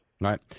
right